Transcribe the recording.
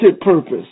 purpose